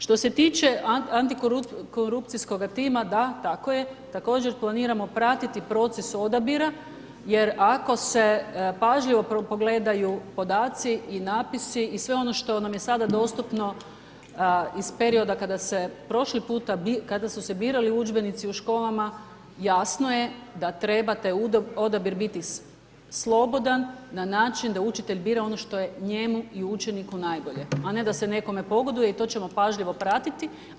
Što se tiče antikorupcijskoga tima, da tako je, također planiramo pratiti proces odabira jer ako se pažljivo pogledaju podaci i natpisi i sve ono što nam je sada dostupno iz perioda kada se prošli puta, kada su se birali udžbenici u školama jasno je da treba taj odabir biti slobodan na način da učitelj bira ono što je njemu i učeniku najbolje a ne da se nekome pogoduje i to ćemo pažljivo pratiti.